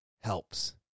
helps